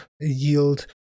yield